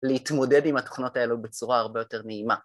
להתמודד עם התוכנות האלה בצורה הרבה יותר נעימה.